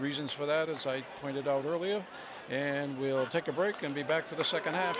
reasons for that as i pointed out earlier and we'll take a break and be back for the nd half